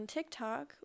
TikTok